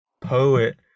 poet